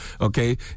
okay